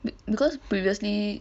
be~ because previously